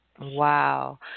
Wow